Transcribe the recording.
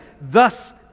Thus